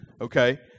Okay